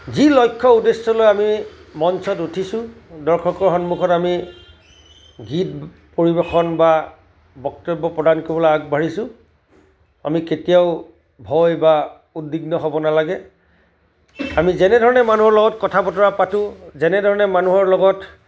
যি লক্ষ্য উদ্দেশ্য লৈ আমি মঞ্চত উঠিছোঁ দৰ্শকৰ সন্মুখত আমি গীত পৰিৱেশন বা বক্তব্য প্ৰদান কৰিবলৈ আগবাঢ়িছোঁ আমি কেতিয়াও ভয় বা উদ্বিগ্ন হ'ব নেলাগে আমি যেনেধৰণে মানুহৰ লগত কথা বতৰা পাতোঁ যেনেধৰণে মানুহৰ লগত